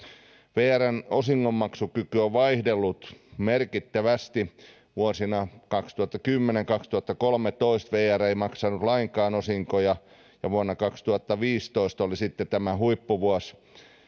vrn osingonmaksukyky on vaihdellut merkittävästi vuosina kaksituhattakymmenen viiva kaksituhattakolmetoista vr ei maksanut lainkaan osinkoja ja vuonna kaksituhattaviisitoista oli sitten tämä huippuvuosi